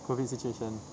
COVID situation